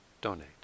donate